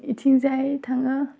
बिथिंजाय थाङो